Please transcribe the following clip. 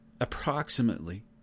approximately